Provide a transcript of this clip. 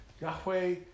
Yahweh